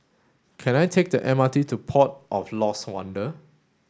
can I take the M R T to Port of Lost Wonder